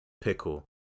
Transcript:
pickle